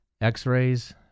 x-rays